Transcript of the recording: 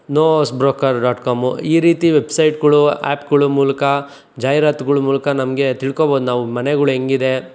no ಔಸ್ broker dot com ಈ ರೀತಿ ವೆಬ್ಸೈಟ್ಗಳು ಆ್ಯಪ್ಗಳು ಮೂಲಕ ಜಾಹೀರಾತ್ಗಳ ಮೂಲಕ ನಮಗೆ ತಿಳ್ಕೊಬೋದು ನಾವು ಮನೆಗಳು ಹೆಂಗಿದೆ